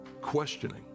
questioning